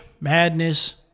Madness